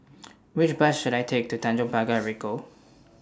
Which Bus should I Take to Tanjong Pagar Ricoh